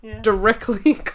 directly